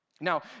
Now